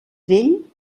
vell